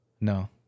No